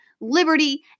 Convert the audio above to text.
liberty